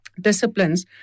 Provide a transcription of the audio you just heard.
disciplines